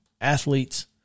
Athletes